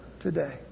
today